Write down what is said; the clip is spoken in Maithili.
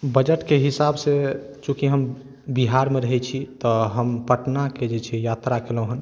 बजटके हिसाबसँ चूँकि हम बिहारमे रहै छी तऽ हम पटना के जे छै यात्रा कयलहुँ हेँ